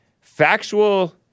factual